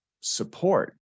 support